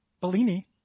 Bellini